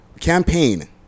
campaign